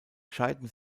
scheiden